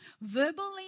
verbally